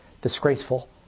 disgraceful